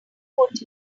put